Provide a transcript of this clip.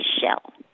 shell